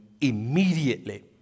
immediately